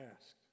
asked